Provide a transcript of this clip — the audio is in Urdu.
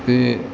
سے